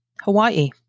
Hawaii